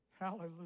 Hallelujah